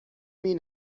این